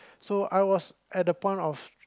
so I was at a point of